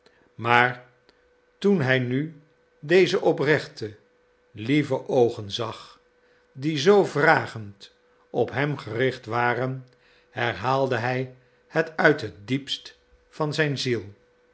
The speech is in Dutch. maar toen hij nu deze oprechte lieve oogen zag die zoo vragend op hem gericht waren herhaalde hij het uit het diepst van zijn ziel